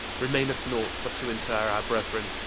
remaineth nought but to inter our brethren,